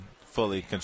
fully –